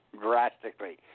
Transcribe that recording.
drastically